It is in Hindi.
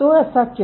तो ऐसा क्यों